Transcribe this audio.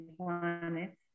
planets